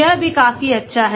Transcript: यह भी काफी अच्छा है